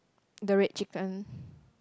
the red chicken